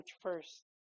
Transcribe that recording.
first